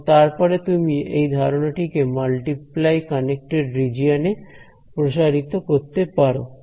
এবং তারপরে তুমি এই ধারণাটি কে মাল্টিপ্লাই কানেক্টেড রিজিওন এ প্রসারিত করতে পারো